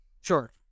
Sure